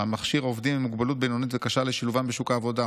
המכשיר עובדים עם מוגבלות בינונית וקשה לשילובם בשוק העבודה,